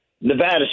Nevada